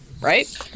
right